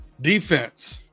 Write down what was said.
Defense